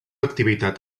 activitat